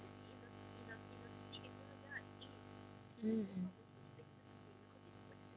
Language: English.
mm mm